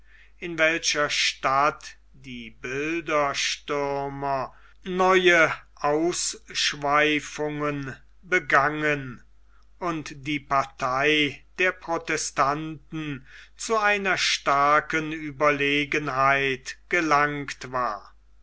in welcher stadt die bilderstürmer neue ausschweifungen begangen und die partei der protestanten zu einer starken ueberlegenheit gelangt war